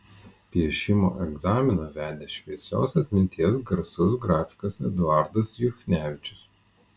piešimo egzaminą vedė šviesios atminties garsus grafikas eduardas juchnevičius